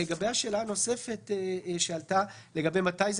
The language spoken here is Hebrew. לגבי השאלה הנוספת שעלתה: מתי זה